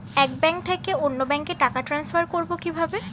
এক ব্যাংক থেকে অন্য ব্যাংকে টাকা ট্রান্সফার করবো কিভাবে?